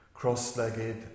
cross-legged